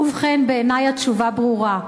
ובכן, בעיני התשובה ברורה: